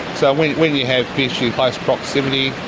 so when when you have fish in close proximity,